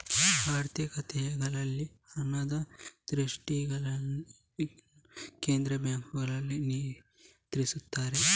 ಆರ್ಥಿಕತೆಗಳಲ್ಲಿ ಹಣದ ಸೃಷ್ಟಿಯನ್ನು ಕೇಂದ್ರ ಬ್ಯಾಂಕುಗಳು ನಿಯಂತ್ರಿಸುತ್ತವೆ